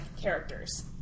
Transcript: characters